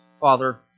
Father